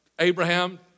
Abraham